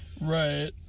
Right